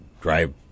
drive